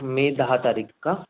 मे दहा तारीख का